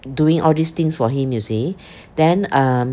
doing all these things for him you see then um